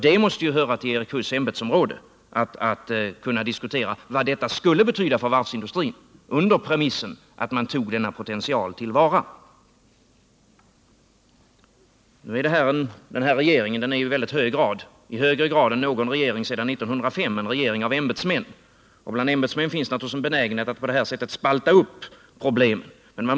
Det måste höra till Erik Huss ämbetsområde att diskutera vad det skulle betyda för varvsindustrin att man tog denna potential till vara. Den här regeringen är i högre grad än någon regering sedan 1905 en regering av ämbetsmän, och bland ämbetsmän finns naturligtvis en benägenhet att på detta sätt spalta upp problemen.